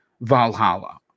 Valhalla